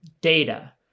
data